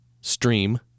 Stream